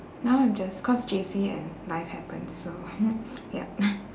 now I'm just cause J_C and life happened so ya